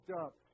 up